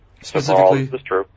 specifically